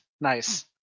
Nice